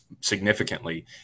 significantly